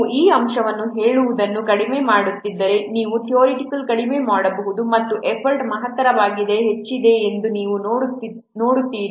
ನೀವು ಈ ಅಂಶವನ್ನು ಹೇಳುವುದನ್ನು ಕಡಿಮೆ ಮಾಡುತ್ತಿದ್ದರೆ ನೀವು ಥಿಯೋರೋಟಿಕಲಿ ಕಡಿಮೆ ಮಾಡಬಹುದು ಮತ್ತು ಎಫರ್ಟ್ ಮಹತ್ತರವಾಗಿ ಹೆಚ್ಚುತ್ತಿದೆ ಎಂದು ನೀವು ನೋಡುತ್ತೀರಿ